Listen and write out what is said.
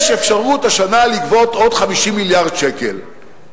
יש אפשרות השנה לגבות עוד 50 מיליארד שקלים,